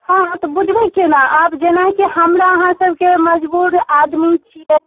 हँ तऽ बुझबै केना आब जेनाकि हमरा अहाँसबकेँ मजबूर आदमी छियै